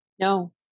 No